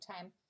time